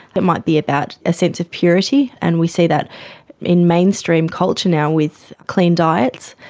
it might be about a sense of purity, and we see that in mainstream culture now with clean diets.